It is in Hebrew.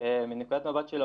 על מה קונסים,